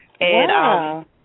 Wow